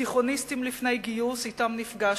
תיכוניסטים לפני גיוס, שאתם נפגשתי,